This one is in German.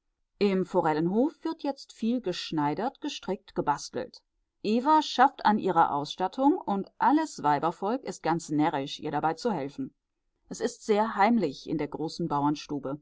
im forellenhof wird jetzt viel geschneidert gestrickt gebastelt eva schafft an ihrer ausstattung und alles weibsvolk ist ganz närrisch ihr dabei zu helfen es ist sehr heimlich in der großen